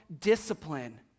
discipline